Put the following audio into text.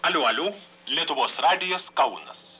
alio alio lietuvos radijas kaunas